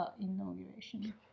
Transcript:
inauguration